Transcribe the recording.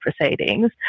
proceedings